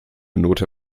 note